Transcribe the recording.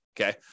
okay